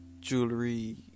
jewelry